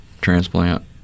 transplant